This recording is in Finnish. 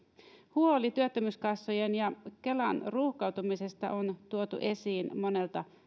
huoli työttömyyskassojen ja kelan ruuhkautumisesta on tuotu esiin monelta